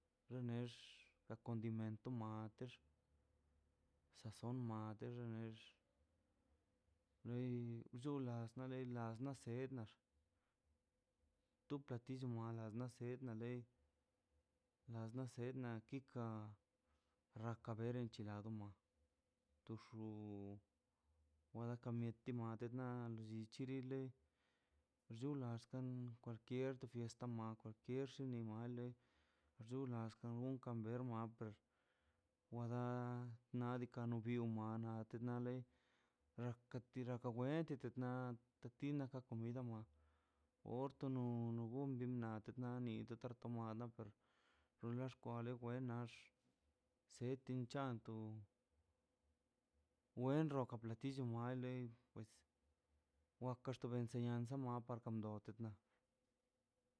Nexka len tomatex sazón matex loi bcheles la lei la las ga sennax tu platillo moala lasednax dane las la sedna kika rraka bel enchilado tuxu naka mieti na llichirile xulanxka kierto fiesta mako kirsh animale xulan laxgulan ber mapen wada nadika no bi biomana nale katira da wen tet na te tina na comida ortono no gon bin na na nid te komala per xunla xkwale wen nax setin chantox wen rroko platillo muale pues wakers enseñanza